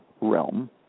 realm